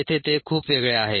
येथे ते खूप वेगळे आहे